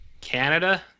Canada